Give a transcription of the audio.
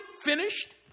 finished